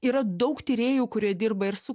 yra daug tyrėjų kurie dirba ir su